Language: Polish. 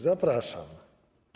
Zapraszam.